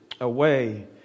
away